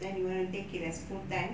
then you wanna take it as full time